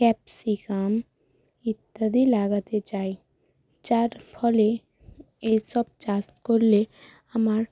capsicum ইত্যাদি লাগাতে চাই যার ফলে এই সব চাষ করলে আমার